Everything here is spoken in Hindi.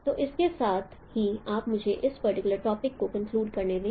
तो इसके साथ ही आप मुझे इस पर्टिकुलर टॉपिक को कंक्लूड करने दें